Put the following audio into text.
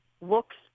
looks